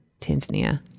Tanzania